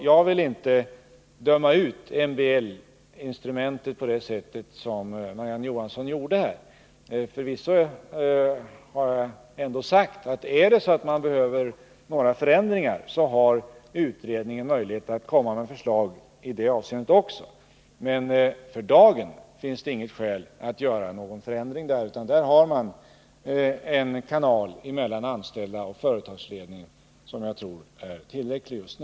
Jag vill inte döma ut MBL-instrumentet på det sätt som Marie-Ann Johanssons gjorde. Förvisso har jag ändå sagt att om man behöver vidta några förändringar, så har utredningen möjlighet att komma med förslag även i det avseendet. Men för dagen finns det inga skäl att företa någon förändring, utan vi har här en kanal mellan de anställda och företagsledningen, som jag tror är tillräcklig just nu.